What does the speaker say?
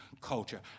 culture